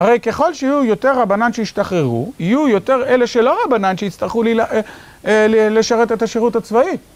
הרי ככל שיהיו יותר רבנן שישתחררו, יהיו יותר אלה שלא רבנן, שיצטרכו לשרת את השירות הצבאי.